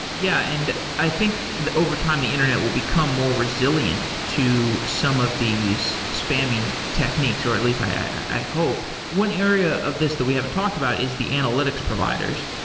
yeah, and i think over time the internet will become more resilient to some of these spammy techniques, or at least i hope. one area of this that we haven't talked about is the analytics providers.